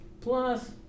plus